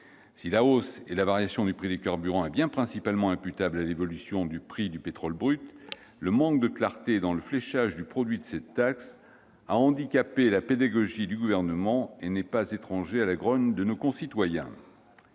Si la hausse et la variation du prix des carburants sont bien principalement imputables à l'évolution du prix du pétrole brut, le manque de clarté dans le fléchage du produit de cette taxe a handicapé la pédagogie du Gouvernement et n'est pas étranger à la grogne de nos concitoyens.